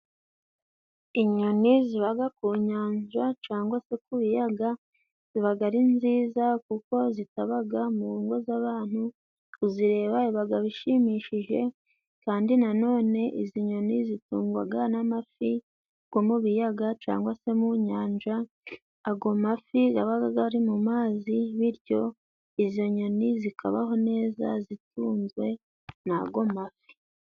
Inyoni zibaga ku nyanja cangwa se ku biyaga zibaga ari nziza, kuko zitabaga mu ngo z'abantu, kuzireba bibaga bishimishije, kandi nanone izi nyoni zitungwaga n'amafi gwo mu biyaga cangwa se mu nyanja, agwo mafi gabaga gari mu mazi, bityo izo nyoni zikabaho neza zitunzwe n'ago mafi.